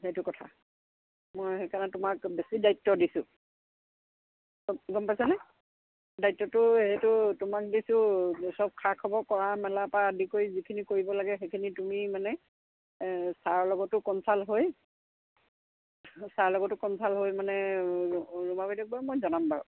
সেইটো কথা মই সেইকাৰণে তোমাক বেছি দায়িত্ব দিছোঁ গম পাইছানে দায়িত্বটো সেইটো তোমাক দিছোঁ চব খা খবৰ কৰা মেলা পৰা আদি কৰি যিখিনি কৰিব লাগে সেইখিনি তুমি মানে ছাৰৰ লগতো কনচাল্ট হৈ ছাৰৰ লগতো কনচাল্ট হৈ মানে ৰ ৰুমা বাইদেউক বাৰু মই জনাম বাৰু